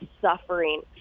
suffering